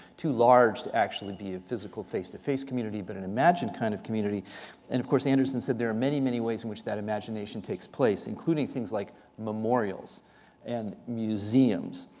too large to actually be a physical face-to-face community, but an imagined kind of community. and of course, anderson said there are many, many ways in which that imagination takes place, including things like memorials and museums.